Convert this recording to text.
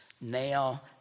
now